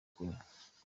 kunywa